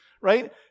right